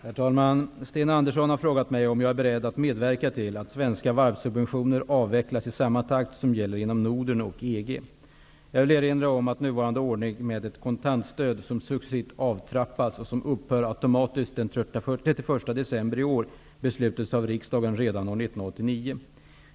Herr talman! Sten Andersson i Malmö har frågat mig om jag är beredd att medverka till att svenska varvssubventioner avvecklas i samma takt som gäller inom Norden och EG. Jag vill erinra om att nuvarande ordning, med ett kontantstöd som successivt avtrappats, och som upphör automatiskt den 31 decemer i år, beslutades av riksdagen redan år 1989.